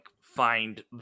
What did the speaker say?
find